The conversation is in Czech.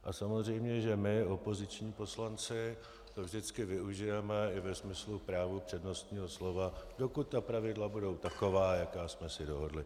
A samozřejmě že my, opoziční poslanci, to vždycky využijeme i ve smyslu práva přednostního slova, dokud pravidla budou taková, jaká jsme si dohodli.